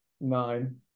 nine